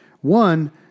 One